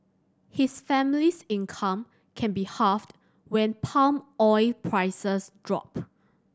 his family's income can be halved when palm oil prices drop